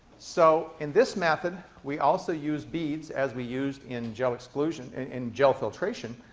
so in this method, we also use beads, as we used in gel exclusion, and in gel filtration.